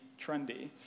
trendy